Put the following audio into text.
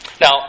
Now